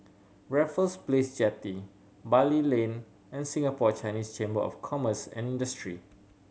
Raffles Place Jetty Bali Lane and Singapore Chinese Chamber of Commerce and Industry